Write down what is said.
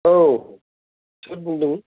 औ सोर बुंदों